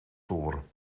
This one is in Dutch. toren